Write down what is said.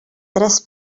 tres